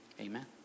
Amen